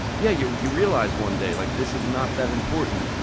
yeah, you you realize one day, like this is not that important.